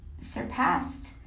surpassed